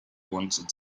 wanted